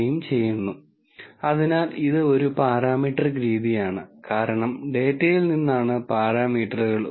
ഈ കോഴ്സിൽ നമ്മൾ പഠിപ്പിക്കാത്ത മറ്റ് ടെക്നിക്കുകൾ അവിടെയുണ്ട് എന്നാൽ അത് കോഴ്സിന്റെ കൂടുതൽ വിപുലമായ ഭാഗമായിരിക്കും